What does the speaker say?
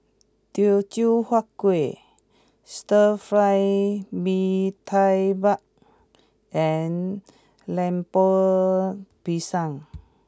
Teochew Huat Kuih Stir Fried Mee Tai Mak and Lemper Pisang